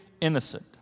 innocent